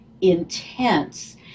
intense